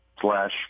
slash